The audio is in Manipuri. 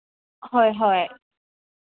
ꯍꯣꯏ ꯍꯣꯏ